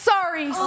Sorry